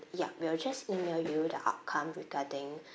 ya we will just email you the outcome regarding